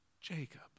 Jacob